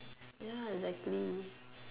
ya exactly